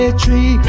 tree